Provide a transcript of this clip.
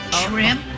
Shrimp